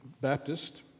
Baptist